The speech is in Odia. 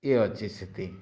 ୟେ ଅଛି ସେଥି